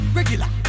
Regular